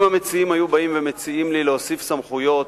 אם המציעים היו מציעים לי להוסיף סמכויות